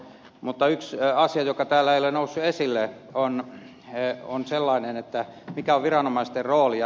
mutta yksi asia joka täällä ei ole noussut esille on viranomaisten rooli